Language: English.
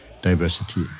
diversity